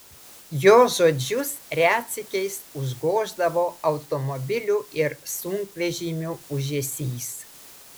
jo žodžius retsykiais užgoždavo automobilių ir sunkvežimių ūžesys